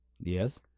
Yes